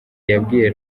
yabwiye